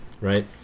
Right